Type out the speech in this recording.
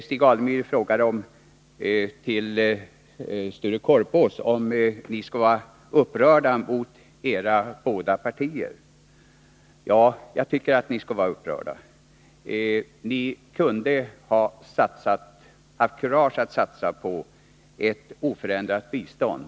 Stig Alemyr frågade Sture Korpås om socialdemokraterna hade anledning att vara upprörda över vad hans och mitt parti säger. Ja, jag tycker att ni har det. Ni kunde ha haft kurage att satsa på ett oförändrat bistånd.